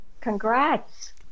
congrats